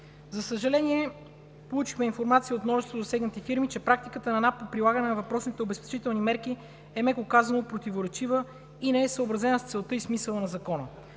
За съжаление, получихме информация от множество засегнати фирми, че практиката на НАП по прилагане на въпросните обезпечителни мерки е, меко казано, противоречива и не е съобразена с целта и смисъла на Закона.